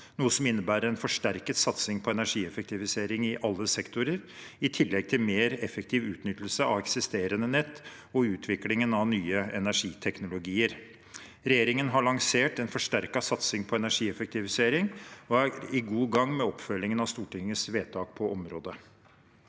som innebærer en forsterket satsing på energieffektivisering i alle sektorer, i tillegg til mer effektiv utnyttelse av eksisterende nett og utviklingen av nye energiteknologier. Regjeringen har lansert en forsterket satsing på energieffektivisering og er i god gang med oppfølgingen av Stortingets vedtak på området.